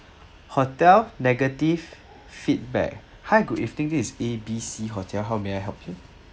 hotel negative feedback hi good evening this is A B C hotel how may I help you